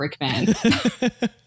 Brickman